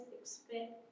expect